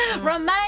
Remain